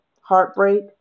heartbreak